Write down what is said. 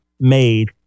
made